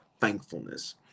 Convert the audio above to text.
thankfulness